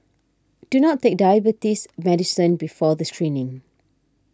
do not take diabetes medicine before the screening